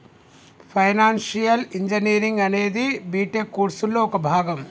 financial engineering అనేది B Tech కోర్సులో ఒక భాగం